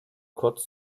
kurz